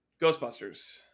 Ghostbusters